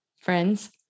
friends